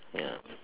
ya